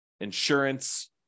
insurance